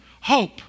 Hope